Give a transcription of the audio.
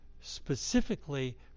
Specifically